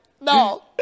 No